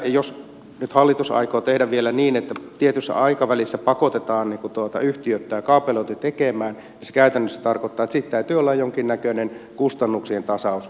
jos nyt hallitus aikoo tehdä vielä niin että tietyssä aikavälissä pakotetaan yhtiöt tämä kaapelointi tekemään niin se käytännössä tarkoittaa että sitten täytyy olla jonkinnäköinen kustannuksien tasausjärjestelmä